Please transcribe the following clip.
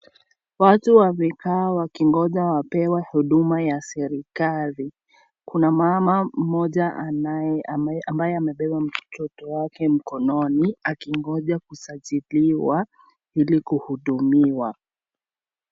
Watu wamekaa wakin'goja wepewe huduma ya serikali. Kuna mama ambaye amebeba mtoto wake mkono akin'goja kusajiliwa Ili kuhudumiwa.